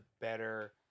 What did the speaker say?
better